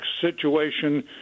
situation